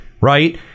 right